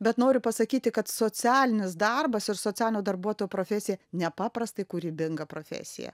bet noriu pasakyti kad socialinis darbas ir socialinio darbuotojo profesija nepaprastai kūrybinga profesija